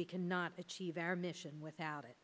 we cannot achieve our mission without it